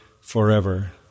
forever